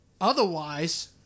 Otherwise